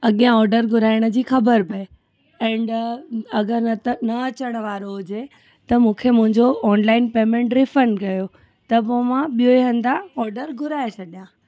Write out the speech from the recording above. अॻियां ऑडर घुराइण जी ख़बर पए एंड अगरि न त न अचण वारो हुजे त मूंखे मुंहिंजो ऑनलाइन पेमैंट रिफंड कयो त पोइ मां ॿियो हंधि ऑडर घुराये छॾियां